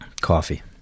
Coffee